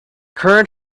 current